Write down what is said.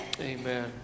Amen